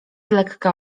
lekka